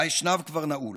האשנב כבר נעול.